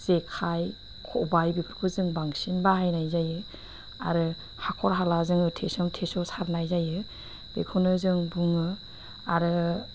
जेखाइ खबाइ बेफोरखौ जों बांसिन बाहायनाय जायो आरो हाखर हाला जोङो थेसन थेस' सारनाय जायो बेखौनो जों बुङो आरो